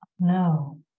No